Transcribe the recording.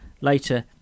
later